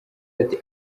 ati